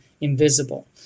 invisible